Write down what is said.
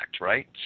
right